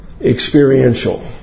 experiential